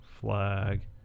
flag